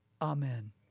Amen